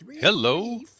Hello